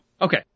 Okay